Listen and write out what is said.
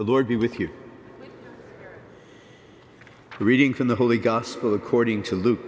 the lord be with you reading from the holy gospel according to l